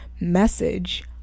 message